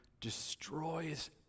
destroys